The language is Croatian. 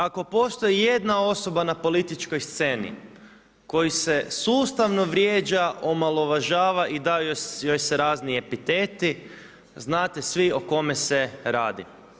Ako postoji ijedna osoba na političkoj sceni, koja se sustavno vrijeđa, omalovažava i daju joj se razni epiteti, znate svi o kome se radi.